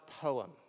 poem